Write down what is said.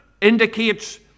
indicates